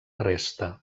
resta